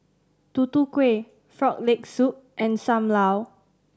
Tutu Kueh Frog Leg Soup and Sam Lau